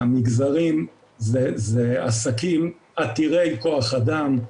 המגזרים אלו עסקים עתירי כוח אדם.